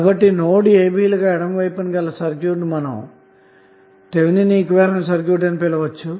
కాబట్టి node a b లకు ఎడమ వైపున గల సర్క్యూట్ ను మనం థెవెనిన్ ఈక్వివలెంట్ సర్క్యూట్ అని పిలవవచ్చు